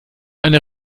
eine